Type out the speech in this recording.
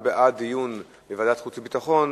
הוא בעד דיון בוועדת החוץ והביטחון,